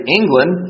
England